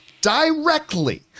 directly